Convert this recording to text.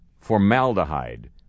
formaldehyde